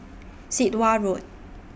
Sit Wah Road